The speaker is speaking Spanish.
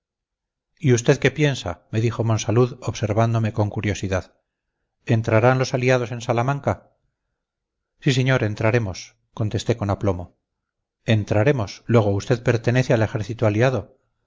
y usted qué piensa me dijo monsalud observándome con curiosidad entrarán los aliados en salamanca sí señor entraremos contesté con aplomo entraremos luego usted pertenece al ejército aliado